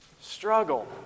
struggle